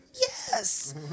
yes